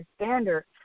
standard